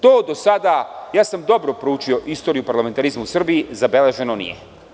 To do sada, ja sam dobro proučio istoriju parlamentarizma u Srbiji, zabeleženo nije.